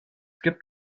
gibt